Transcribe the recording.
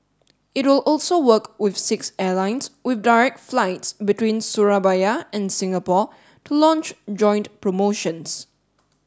it will also work with six airlines with direct flights between Surabaya and Singapore to launch joint promotions